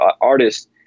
artists